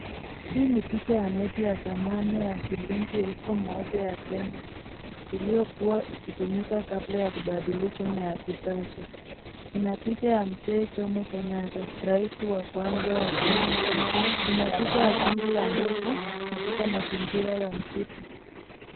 Hii ni picha ya noti ya zamani ya shilingi elfu moja ya Kenya iliyokuwa ikitumika kabla ya kubadilishwa na ya kisasa. Kuna picha ya Mzee Jomo Kenyatta, rais wa kwanza wa Kenya. Kuna picha ya kundi la ndovu katika mazingira ya msitu.